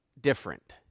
different